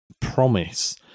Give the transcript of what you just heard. promise